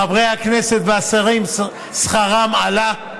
חברי הכנסת והשרים, שכרם עלה,